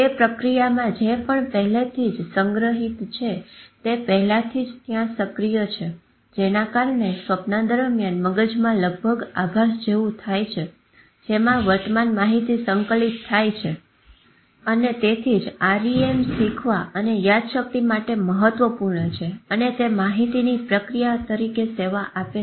તે પ્રક્રિયામાં જે પણ પહેલેથી જ સંગ્રહિત છે તે પહેલાથી જ ત્યાં સક્રિય છે જેના કારણે સ્વપ્ન દરમિયાન મગજમાં લગભગ આભાસ જેવું થાય છે જેમાં વર્તમાન માહિતી સંકલિત થાય છે અને તેથી જ REM શીખવા અને યાદશક્તિ માટે મહત્વપૂર્ણ છે અને તે માહિતીની પ્રક્રિયા તરીકે સેવા આપે છે